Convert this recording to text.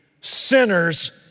Sinners